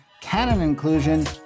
canon-inclusion